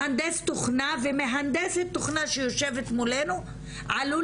מהנדס תוכנה ומהנדסת תוכנה שיושבת מולנו עלול